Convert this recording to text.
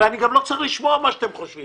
ואני גם לא צריך לשמוע את מה שאתם חושבים,